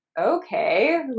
okay